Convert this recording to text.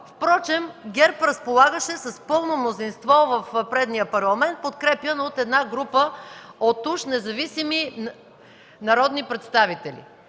Впрочем ГЕРБ разполагаше с пълно мнозинство в предния Парламент, подкрепян от една група от уж независими народни представители.